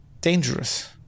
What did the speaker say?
dangerous